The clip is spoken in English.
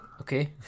okay